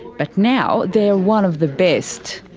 but now they are one of the best.